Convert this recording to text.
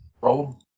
Roll